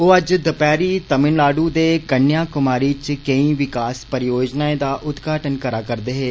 ओह् अज्ज दपैहरी तमिलनाडु दे कन्याकुमारी च केई विकास परियोजनाएं दा उदघाटन करा करदे हे